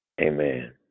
Amen